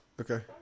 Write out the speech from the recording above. Okay